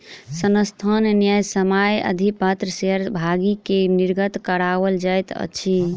संस्थान न्यायसम्य अधिपत्र शेयर भागी के निर्गत कराओल जाइत अछि